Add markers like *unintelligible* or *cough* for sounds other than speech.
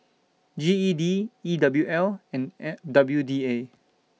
G E D E W L and *unintelligible* W D A